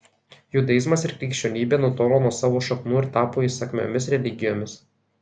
judaizmas ir krikščionybė nutolo nuo savo šaknų ir tapo įsakmiomis religijomis